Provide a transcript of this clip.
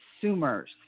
consumers